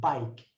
Bike